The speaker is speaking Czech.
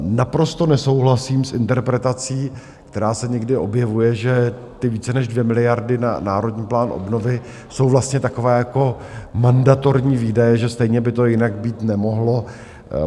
Naprosto nesouhlasím s interpretací, která se někdy objevuje, že ty více než 2 miliardy na Národní plán obnovy jsou vlastně takové jako mandatorní výdaje, že stejně by to jinak být nemohlo.